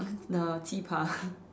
no 鸡扒